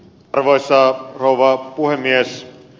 arvoisa rouva puhemies